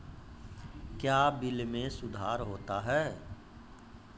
क्या बिल मे सुधार होता हैं?